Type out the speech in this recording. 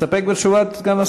מסתפק בתשובת סגן השר?